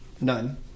None